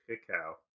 cacao